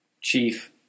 chief